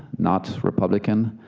not republican,